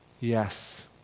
yes